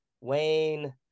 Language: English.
Wayne